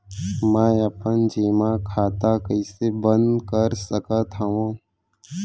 मै अपन जेमा खाता कइसे बन्द कर सकत हओं?